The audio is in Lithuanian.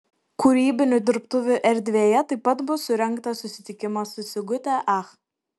kūrybinių dirbtuvių erdvėje taip pat bus surengtas susitikimas su sigute ach